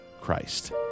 Christ